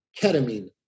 ketamine